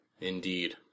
Indeed